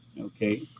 okay